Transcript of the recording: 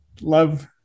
love